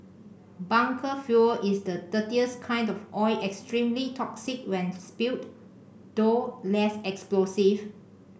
bunker fuel is the dirtiest kind of oil extremely toxic when spilled though less explosive